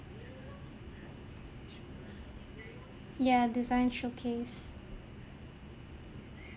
ya design showcase